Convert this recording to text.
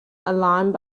alarmed